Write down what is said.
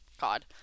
God